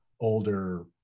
older